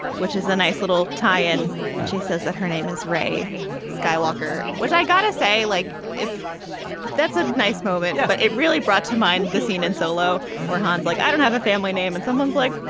which is a nice little tie in and she says that her name is ray skywalker, which i got to say, like, if that's a nice moment. but it really brought to mind the scene and so low or hands like i don't have a family name and someone's like,